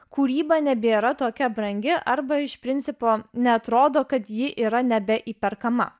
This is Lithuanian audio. kūryba nebėra tokia brangi arba iš principo neatrodo kad ji yra nebe įperkama